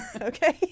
okay